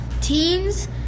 teens